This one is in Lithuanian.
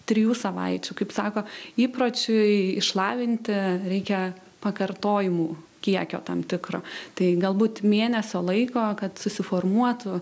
trijų savaičių kaip sako įpročiui išlavinti reikia pakartojimų kiekio tam tikro tai galbūt mėnesio laiko kad susiformuotų